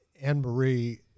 Anne-Marie